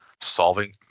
solving